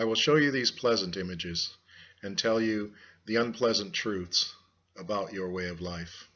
i will show you these pleasant images and tell you the unpleasant truths about your way of life